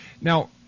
Now